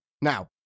Now